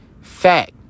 fact